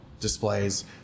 displays